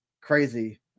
crazy